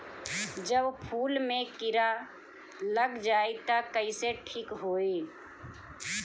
जब फूल मे किरा लग जाई त कइसे ठिक होई?